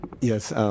Yes